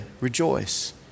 rejoice